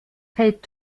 feld